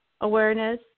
awareness